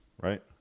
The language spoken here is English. right